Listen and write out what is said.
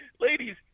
Ladies